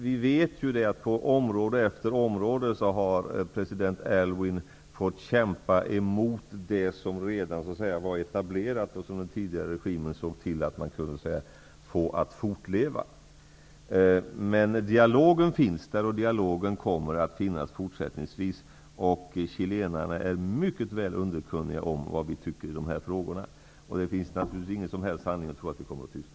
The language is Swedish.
Vi vet att president Aylwin på område efter område har fått kämpa emot det som redan var etablerat och som den tidigare regimen såg till att man kunde få att fortleva. Men dialogen finns där och den kommer fortsättningsvis att finnas. Chilenarna är mycket väl underkunniga om vad vi tycker i dessa frågor. Det finns naturligtvis ingen som helst anledning att tro att vi kommer att tystna.